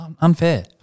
unfair